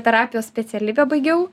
terapijos specialybę baigiau